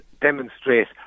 demonstrate